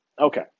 okay